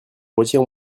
retire